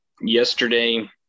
yesterday